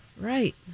Right